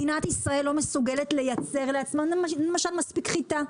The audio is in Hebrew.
מדינת ישראל לא מסוגלת לייצר לעצמה למשל מספיק חיטה.